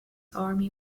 army